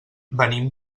venim